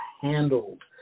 handled